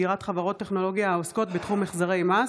חוק לתיקון פקודת התעבורה (הגבלת תנועת כלי רכב ביום הכיפורים),